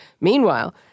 Meanwhile